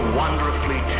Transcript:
wonderfully